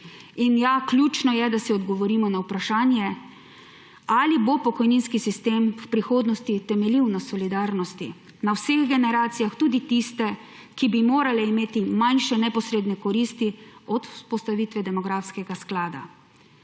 In ja, ključno je, da si odgovorimo na vprašanje, ali bo pokojninski sistem v prihodnosti temeljil na solidarnosti, na vseh generacijah, tudi tistih, ki bi morale imeti manjše neposredne koristi od vzpostavitve demografskega sklada.